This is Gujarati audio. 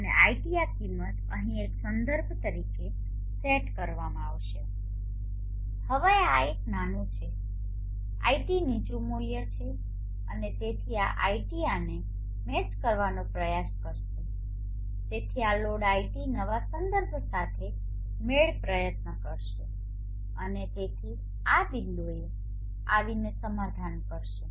અને iT આ કિંમત અહીં એક સંદર્ભ તરીકે સેટ કરવામાં આવશે હવે આ એક નાનું છે iT નીચું મૂલ્ય છે અને તેથી આ iT આને મેચ કરવાનો પ્રયાસ કરશે અને તેથી આ લોડ iT નવા સંદર્ભ સાથે મેળ પ્રયત્ન કરશે અને તેથી આ બિંદુએ આવીને સમાધાન કરશે